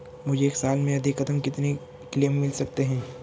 मुझे एक साल में अधिकतम कितने क्लेम मिल सकते हैं?